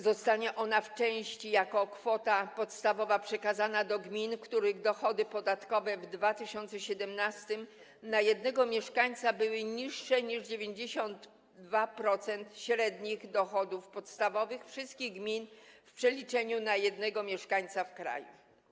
Zostanie ona w części jako kwota podstawowa przekazana do gmin, których dochody podatkowe w 2017 r. na jednego mieszkańca były niższe niż 92% średnich dochodów podstawowych wszystkich gmin w przeliczeniu na jednego mieszkańca w kraju.